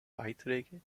beiträge